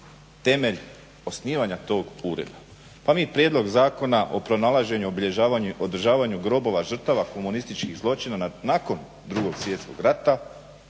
temelj osnivanja tog ureda. Pa mi Prijedlog zakona o pronalaženju, obilježavanju i održavanju grobova žrtava komunističkih zločina nakon Drugog Svjetskog rata